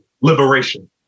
liberation